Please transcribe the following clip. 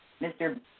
Mr